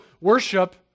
worship